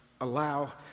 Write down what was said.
allow